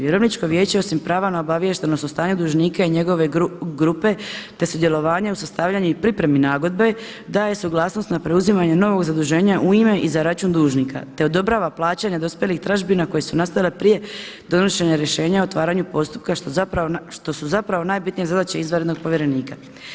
Vjerovničko vijeće osim prava na obaviještenost o stanju dužnika i njegove grupe, te sudjelovanje u sastavljanju i pripremi nagodbe daje suglasnost na preuzimanje novog zaduženja u ime i za račun dužnika, te odobrava plaćanje dospjelih tražbina koje su nastale prije donošenja rješenja o otvaranju postupka što su zapravo najbitnija zadaća izvanrednog povjerenika.